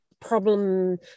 problem